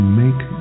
make